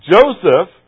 Joseph